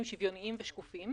שוויוניים ושקופים.